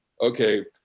Okay